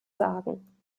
sagen